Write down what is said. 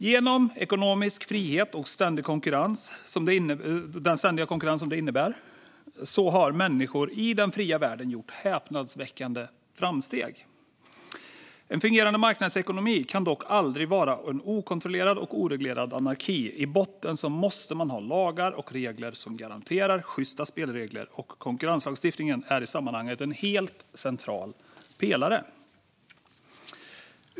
Genom ekonomisk frihet och den ständiga konkurrens som detta innebär har människor i den fria världen gjort häpnadsväckande framsteg. En fungerande marknadsekonomi kan dock aldrig vara en okontrollerad och oreglerad anarki. I botten måste man ha lagar och regler som garanterar sjysta spelregler, och konkurrenslagstiftningen är i sammanhanget en helt central pelare.